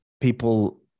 people